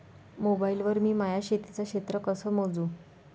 Mobile वर मी माया शेतीचं क्षेत्र कस मोजू?